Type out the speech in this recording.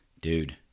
dude